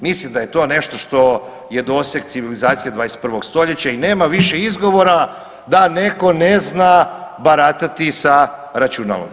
Mislim da je to nešto što je doseg civilizacije 21. stoljeća i nema više izgovora da netko ne zna baratati sa računalom.